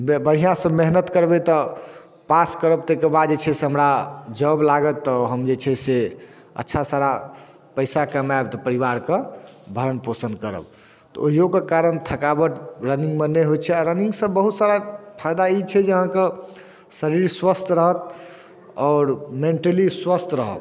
जे बढ़िआँसँ मेहनति करबै तऽ पास करब तऽ ताहिके बाद जे छै से हमरा जॉब लागत तऽ हम जे छै से अच्छा सारा पइसा कमाएब तऽ परिवारके भरण पोषण करब तऽ ओहिओके कारण थकावट रनिङ्गमे नहि होइ छै आओर रनिङ्गसँ बहुत सारा फाइदा ई छै जे अहाँके शरीर स्वस्थ रहत आओर मेन्टली स्वस्थ रहब